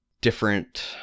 Different